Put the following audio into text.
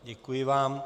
Děkuji vám.